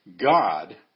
God